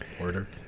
Order